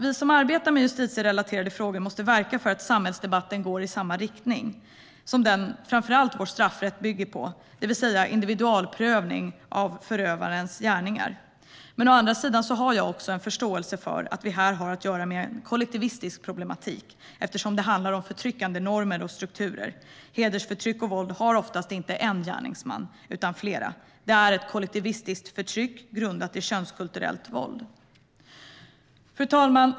Vi som arbetar med justitierelaterade frågor måste verka för att samhällsdebatten går i samma riktning som den vår straffrätt bygger på, det vill säga individualprövning av förövarens gärningar. Å andra sidan har jag en förståelse för att vi har att göra med ett kollektivistiskt problem eftersom det handlar om förtryckande normer och strukturer. Hedersförtryck och våld har oftast inte en gärningsman utan flera. Det är ett kollektivistiskt förtryck grundat i könskulturellt våld. Fru talman!